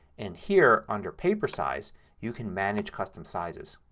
and here under paper size you can manage custom sizes.